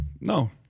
no